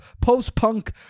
post-punk